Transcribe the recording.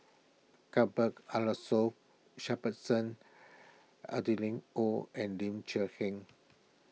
Cuthbert Aloysius Shepherdson Adeline Ooi and Ling Cher Eng